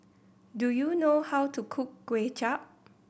do you know how to cook Kuay Chap